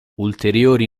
ulteriori